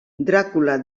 dràcula